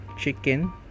chicken